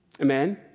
Amen